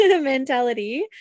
mentality